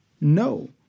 No